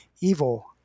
evil